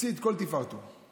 הוציא את כל תפארתו וחגג.